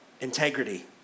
integrity